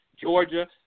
Georgia